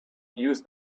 use